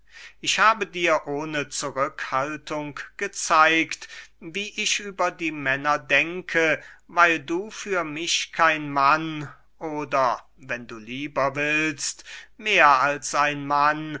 ich habe dir ohne zurückhaltung gezeigt wie ich über die männer denke weil du für mich kein mann oder wenn du lieber willst mehr als ein mann